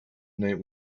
night